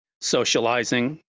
socializing